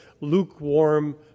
lukewarm